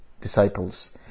disciples